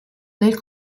nel